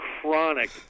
chronic